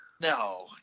No